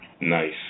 Nice